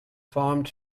farmed